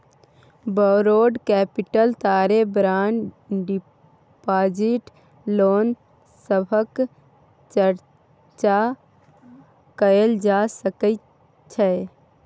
borrowed capital तरे bond deposit loan सभक चर्चा कएल जा सकइ छै